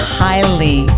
highly